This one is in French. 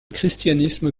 christianisme